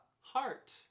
Heart